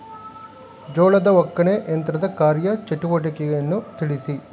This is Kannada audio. ಜೋಳದ ಒಕ್ಕಣೆ ಯಂತ್ರದ ಕಾರ್ಯ ಚಟುವಟಿಕೆಯನ್ನು ತಿಳಿಸಿ?